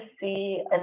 see